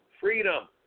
freedom